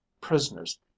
prisoners